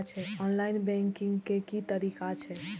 Online banking के की तरीका छै?